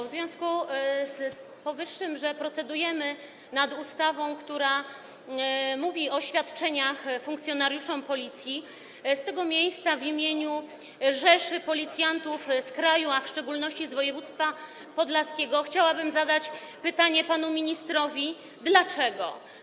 W związku z powyższym, że procedujemy nad ustawą, która mówi o świadczeniach funkcjonariuszy Policji, z tego miejsca w imieniu rzeszy policjantów z kraju, a w szczególności z województwa podlaskiego, chciałabym zadać pytanie panu ministrowi: dlaczego.